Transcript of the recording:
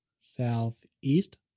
Southeast